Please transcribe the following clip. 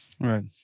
Right